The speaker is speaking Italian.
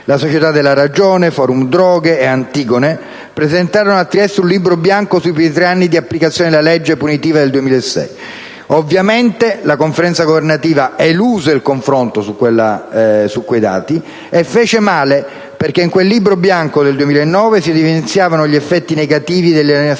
«La società della ragione», «*Forum* Droghe» e «Antigone» presentarono a Trieste un Libro bianco sui primi tre anni di applicazione della legge punitiva del 2006. Ovviamente la Conferenza governativa eluse il confronto su quei dati, ma fece male, perché in quel Libro bianco del 2009 si evidenziavano gli effetti negativi dell'inasprimento